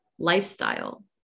lifestyle